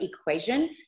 equation